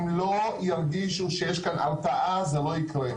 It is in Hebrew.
אם לא ירגישו שיש כאן הרתעה זה לא יקרה.